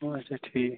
آچھا ٹھیٖک